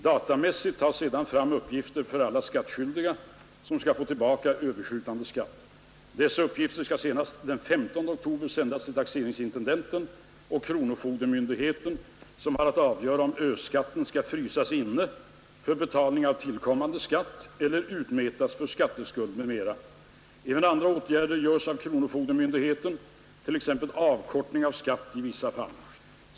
Datamässigt tas sedan fram uppgifter på alla skattskyldiga som skall få tillbaka ö-skatt. Dessa uppgifter skall senast den 15 oktober sändas till taxeringsintendenten och kronofogdemyndigheten, som har att avgöra om ö-skatten skall ”frysas inne” för betalning av tillkommande skatt eller utmätas för skatteskuld m.m. Även andra åtgärder görs av kronofogdemyndigheten, t.ex. avkortning av skatt i vissa fall.